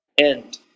end